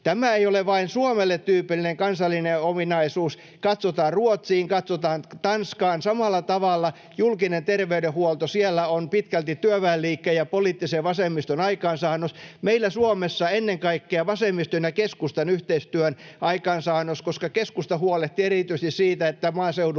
Tämä ei ole vain Suomelle tyypillinen kansallinen ominaisuus. Katsotaan Ruotsiin, katsotaan Tanskaan. Samalla tavalla julkinen terveydenhuolto siellä on pitkälti työväenliikkeen ja poliittisen vasemmiston aikaansaannos, meillä Suomessa ennen kaikkea vasemmiston ja keskustan yhteistyön aikaansaannos, koska keskusta huolehti erityisesti siitä, että maaseudulle